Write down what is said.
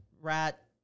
rat